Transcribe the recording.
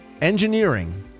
engineering